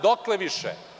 Dokle više?